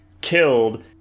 killed